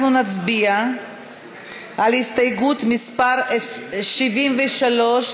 אנחנו נצביע על הסתייגות מס' 73,